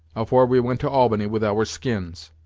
afore we went to albany with our skins.